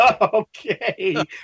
Okay